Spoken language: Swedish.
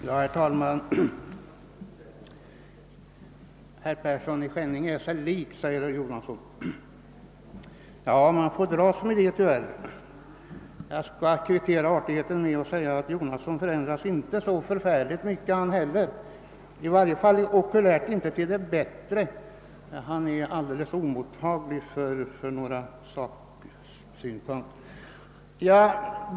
Herr talman! Herr Jonasson säger att jag är mig lik. Ja, jag får tyvärr dras med det. Jag skall kvittera artigheten med att säga att inte heller herr Jonasson förändrar sig så mycket, i varje fall inte till det bättre. Han är alldeles oemottaglig för sakskäl.